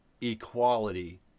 equality